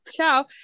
ciao